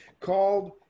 called